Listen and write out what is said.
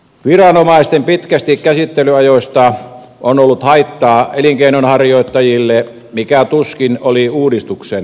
viranomaisten pitkistä käsittelyajoista on ollut haittaa elinkeinonharjoittajille mikä tuskin oli uudistuksen tarkoitus